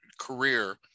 career